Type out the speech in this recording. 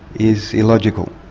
is illogical,